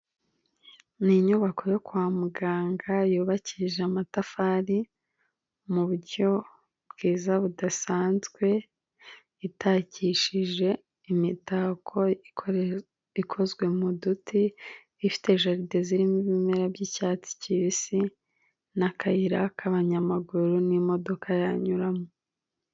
Ni inyubako yo kwa muganga yubakije amatafari mu buryo bwiza budasanzwe, itakishije imitako ikozwe mu duti, ifite jaride zirimo ibimera by'icyatsi kibisi, n'akayira k'abanyamaguru ,n'imodoka yanyuramo.